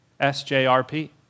SJRP